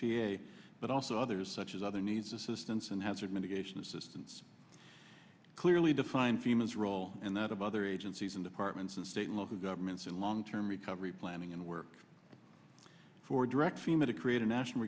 a but also others such as other needs assistance and hazard mitigation assistance clearly defined femurs role and that of other agencies and departments of state and local governments in long term recovery planning and work for direct fema to create a national